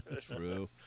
true